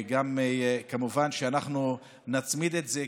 כמובן שאנחנו נצמיד את זה,